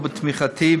לא בתמיכתי,